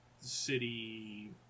city